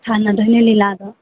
ꯁꯥꯟꯅꯒꯗꯣꯏꯅꯦ ꯂꯤꯂꯥꯗꯣ